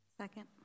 Second